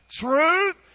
truth